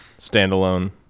standalone